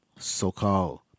so-called